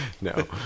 No